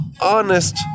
honest